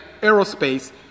aerospace